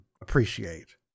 appreciate